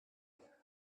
and